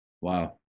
Wow